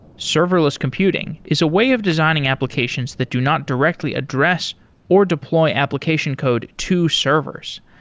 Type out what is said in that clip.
serverless computing is a way of designing applications that do not directly address or deploy application code to servers.